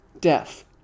death